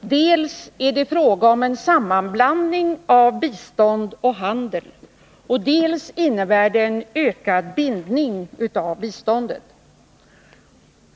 Dels är det fråga om en sammanblandning av bistånd och handel, dels innebär det en ökad bindning av biståndet.